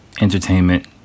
entertainment